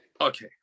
Okay